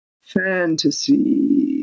fantasy